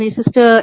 sister